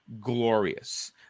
glorious